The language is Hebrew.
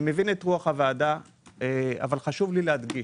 אני מבין את רוח הוועדה אבל חשוב לי להדגיש